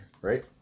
right